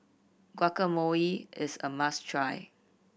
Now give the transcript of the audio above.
guacamole is a must try